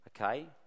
Okay